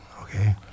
Okay